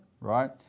right